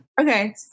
Okay